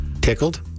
Tickled